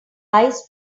ice